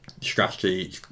strategy